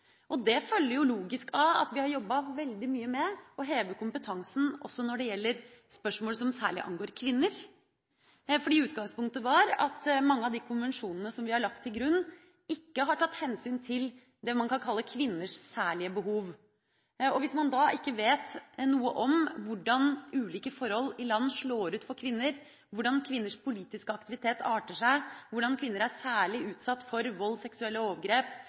barn. Det følger jo logisk av at vi har jobbet veldig mye med å heve kompetansen også når det gjelder spørsmål som særlig angår kvinner, fordi utgangspunktet var at mange av de konvensjonene som vi har lagt til grunn, ikke har tatt hensyn til det man kan kalle kvinners særlige behov. Hvis man ikke vet noe om hvordan ulike forhold i land slår ut for kvinner, hvordan kvinners politiske aktivitet arter seg, hvordan kvinner er særlig utsatt for vold, seksuelle overgrep,